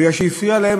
בגלל שהפריע להם,